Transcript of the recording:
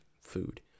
food